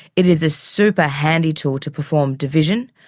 it is a super handy tool to perform division,